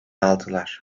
aldılar